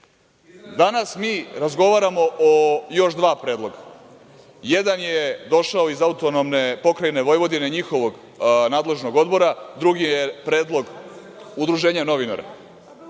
mi razgovaramo o još dva predloga. Jedan je došao iz Autonomne pokrajine Vojvodine, njihovog nadležnog odbora, drugi je predlog Udruženja novinara. Dakle,